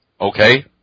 Okay